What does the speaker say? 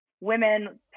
women